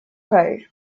caer